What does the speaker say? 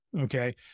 okay